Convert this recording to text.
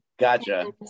Gotcha